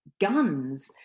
guns